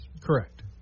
Correct